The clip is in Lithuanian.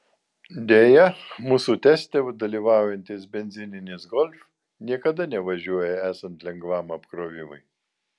deja mūsų teste dalyvaujantis benzininis golf niekada nevažiuoja esant lengvam apkrovimui